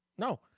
No